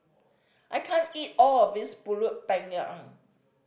I can't eat all of this Pulut Panggang